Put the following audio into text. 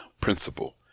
principle